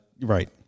right